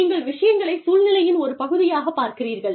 நீங்கள் விஷயங்களைச் சூழ்நிலையின் ஒரு பகுதியாகப் பார்க்கிறீர்கள்